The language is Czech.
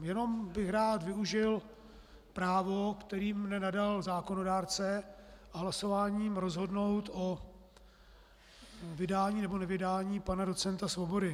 Jenom bych rád využil právo, kterým mě nadal zákonodárce, a hlasováním rozhodnout o vydání nebo nevydání pana doc. Svobody.